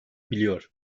biliyor